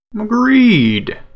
Agreed